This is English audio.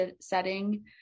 setting